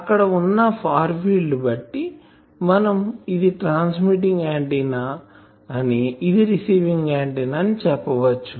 అక్కడ వున్న far field బట్టి మనం ఇది ట్రాన్స్మిటింగ్ ఆంటిన్నా అని ఇది రిసీవింగ్ ఆంటిన్నా అని చెప్పవచ్చు